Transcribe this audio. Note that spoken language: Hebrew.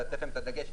לתת להם את הדגש,